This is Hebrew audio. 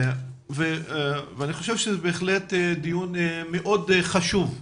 אני חושב שזה בהחלט דיון מאוד חשוב.